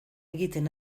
egiten